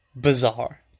Bizarre